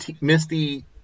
Misty